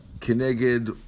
connected